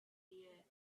year